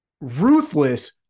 ruthless